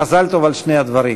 מזל טוב על שני הדברים: